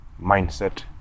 mindset